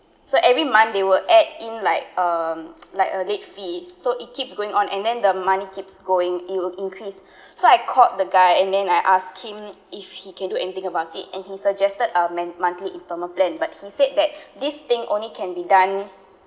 so every month they will add in like um like a late fee so it keeps going on and then the money keeps going it will increase so I called the guy and then I ask him if he can do anything about it and he suggested uh a monthly installment plan but he said that this thing only can be done